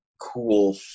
cool